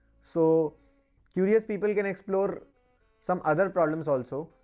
so curious people can explore some other problems also.